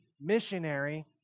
missionary